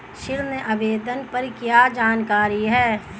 ऋण आवेदन पर क्या जानकारी है?